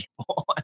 people